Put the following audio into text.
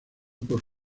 por